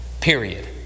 period